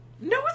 No